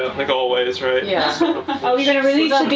like always right? and yeah so are we gonna release